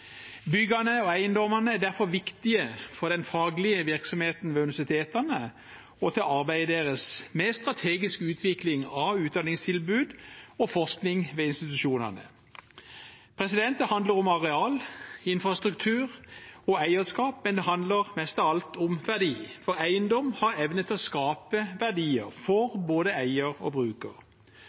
og eiendommene er derfor viktige for den faglige virksomheten ved universitetene og arbeidet deres med strategisk utvikling av utdanningstilbud og forskning ved institusjonene. Det handler om arealer, infrastruktur og eierskap, men det handler mest av alt om verdier, for eiendom har evnen til å skape verdier, for både eier og bruker.